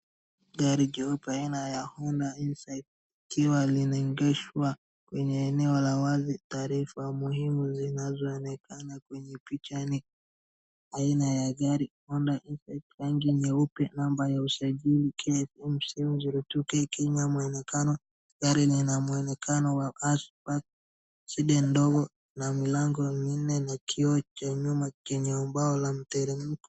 Gari jeupe aina ya Honda Insight ikiwa limeegeshwa kwenye eneo la wazi, taarifa muhimu zinazoonekana kwenye picha ni aina ya gari Honda Insight rangi nyeupe namba ya usajili KFC 702K kwenye mwonekano. Gari lina mwonekano wa as spark shida ndogo na milango minne na kioo cha nyuma kenye umbao la mteremko.